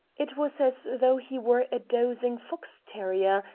it was as though he were a dozing fox-terrier,